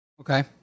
Okay